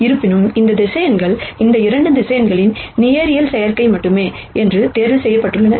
இருப்பினும் இந்த வெக்டர்ஸ் இந்த 2 வெக்டர்ஸ் லீனியர் காம்பினேஷன் மட்டுமே என்று தேர்வு செய்யப்பட்டுள்ளன